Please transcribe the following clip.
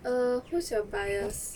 err who's your bias